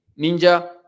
Ninja